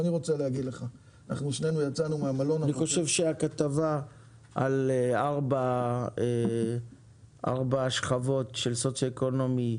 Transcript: אני חושב שהכתבה על ארבע שכבות של סוציו אקונומי,